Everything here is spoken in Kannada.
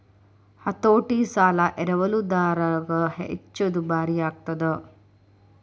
ಹತೋಟಿ ಸಾಲ ಎರವಲುದಾರಗ ಹೆಚ್ಚ ದುಬಾರಿಯಾಗ್ತದ